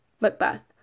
Macbeth